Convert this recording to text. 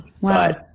Wow